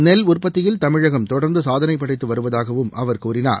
நெல் உற்பத்தியில் தமிழகம் தொடர்ந்து சாதனை படைத்து வருவதாகவும் அவர் கூறினார்